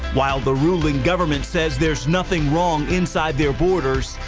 why the ruling government says there is nothing wrong inside their borders?